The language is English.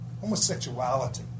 Homosexuality